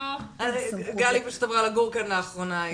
גלי עברה לגור כאן לאחרונה,